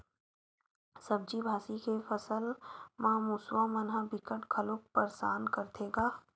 सब्जी भाजी के फसल म मूसवा मन ह बिकट घलोक परसान करथे गा